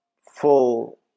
full